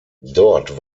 dort